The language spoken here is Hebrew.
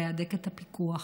להדק את הפיקוח,